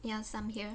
yes I'm here